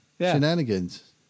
shenanigans